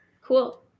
cool